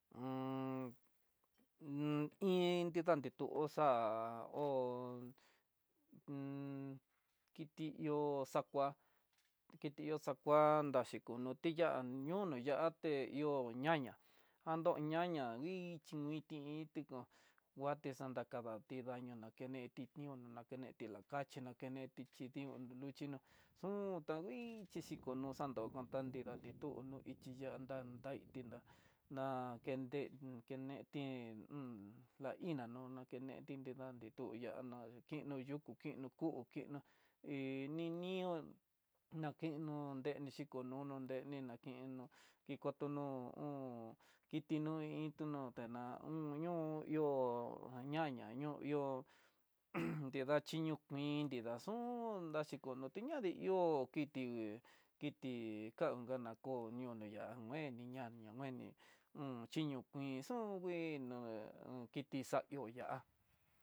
inti tande tú oxa'á hó kiti ihó xakuá, kiti iho xakua daxhiku no tiyá'a ñono ya'á té, ihó ñaña ando ñaña hí chinguiti intekó, huaté xanakadati daño no kiné ñono na kineti lakachi na kinéti chidiún luluxhinó xon to kuichi xikono xantonó kotan nidati tuú no ichi yandá nda itida ná kende keneti un na iná no- no keneti nrida, nrituya na kino yukú kinó kú kino ni nió nakino ndenexhi konunu ndeni nakeno ikono hú, kiti no'ó intuno tena'á un ñoo ihó nda ñaña no ihó h nida xhiño kuin, nida xun naxhido tiñati ihó kiti kiti kangana koño neya'á ngueni ñaña ngueni h chiñokuin xun kuino un kiti xaió ya'á.